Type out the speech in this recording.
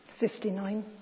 59